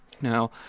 Now